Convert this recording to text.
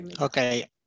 Okay